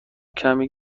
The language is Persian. کمی